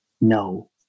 no